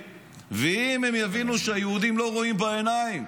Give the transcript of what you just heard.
ואם הם יבינו שהיהודים לא רואים בעיניים,